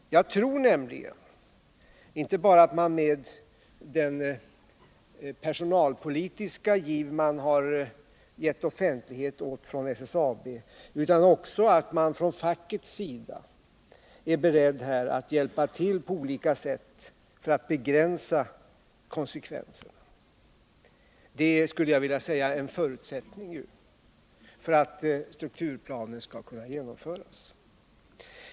Jag tror nämligen inte bara att man från SSAB:s sida är beredd till handling genom den personalpolitiska giv som man har gett offentlighet åt utan också att man från fackets sida är beredd att hjälpa till på olika sätt för att begränsa konsekvenserna. Det skulle jag vilja säga är en förutsättning för att strukturplanen skall kunna genomföras.